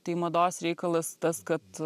tai mados reikalas tas kad